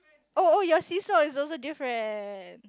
oh oh your see saw is also different